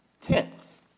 tents